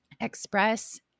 express